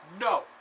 no